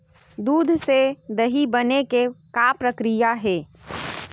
दूध से दही बने के का प्रक्रिया हे?